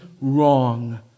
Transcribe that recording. wrong